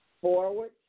forward